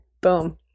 boom